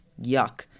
yuck